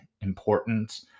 important